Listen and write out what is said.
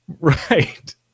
right